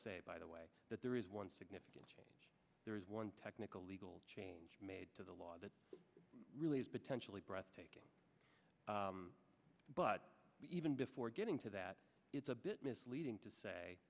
say by the way that there is one significant change there is one technical legal change made to the law that really is potentially breathtaking but even before getting to that it's a bit misleading to say